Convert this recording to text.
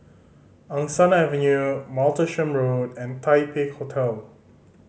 Angsana Avenue Martlesham Road and Taipei Hotel